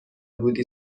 بودی